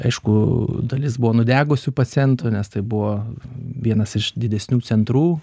aišku dalis buvo nudegusių pacientų nes tai buvo vienas iš didesnių centrų